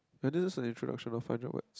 whether this is introduction or final webs